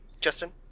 Justin